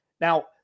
Now